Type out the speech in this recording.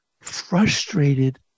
frustrated